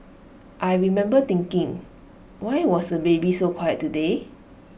I remember thinking why was the baby so quiet today